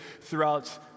throughout